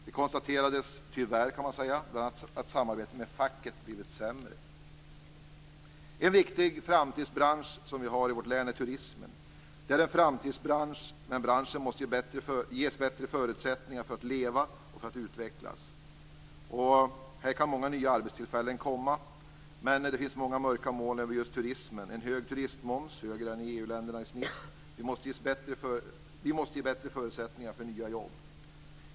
Det konstaterades, tyvärr kan man säga, bl.a. att samarbetet med facket blivit sämre. En viktig bransch som vi har i vårt län är turismen. Det är en framtidsbransch. Men branschen måste ges bättre förutsättningar för att leva och för att utvecklas. Här kan många nya arbetstillfällen komma. Men det finns många mörka moln över just turismen, t.ex. en hög turistmoms. Den är högre än i EU länderna i snitt. Vi måste ge bättre förutsättningar för nya jobb.